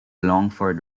longford